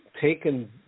taken